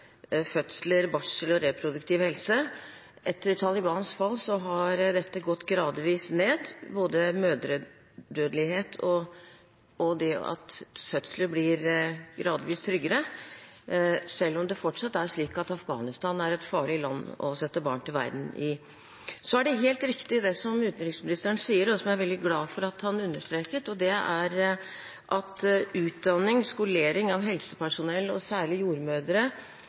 fødsler, barsler og reproduktiv helse. Etter Talibans fall har mødredødeligheten gått gradvis ned, og fødsler blir gradvis tryggere, selv om det fortsatt er slik at Afghanistan er et farlig land å sette barn til verden i. Så er det helt riktig det som utenriksministeren sier, og som jeg er veldig glad for at han understreket, og det er at utdanning, skolering av helsepersonell og særlig jordmødre